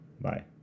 Bye